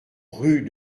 rue